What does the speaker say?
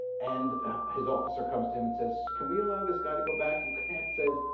and his officer comes to him and says, can we allow this guy to go back? and grant says,